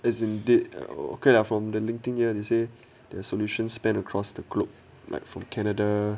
is indeed a okay lah from the linking year they say their solution spanned across the globe like from canada